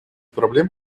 проблем